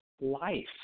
life